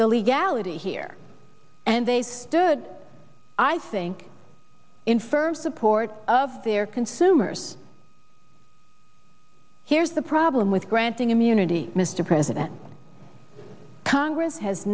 the legality here and they stood i think infer support of their consumers here's the problem with granting immunity mr president congress has